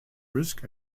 risk